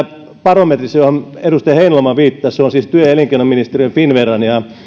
barometrissa johon edustaja heinäluoma viittasi se on siis työ ja elinkeino ministeriön finnveran ja